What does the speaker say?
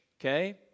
okay